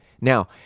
Now